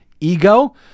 ego